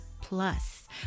plus